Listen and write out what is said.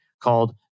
called